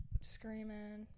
screaming